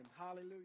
Hallelujah